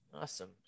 awesome